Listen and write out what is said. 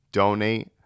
donate